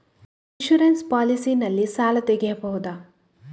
Insurance policy ನಲ್ಲಿ ಸಾಲ ತೆಗೆಯಬಹುದ?